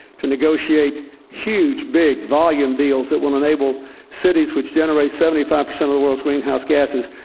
to negotiate huge, big, volume deals that will enable cities which generate seventy five percent of the world's greenhouse gases,